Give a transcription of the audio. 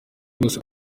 rwose